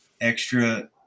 extra